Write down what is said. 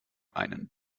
einen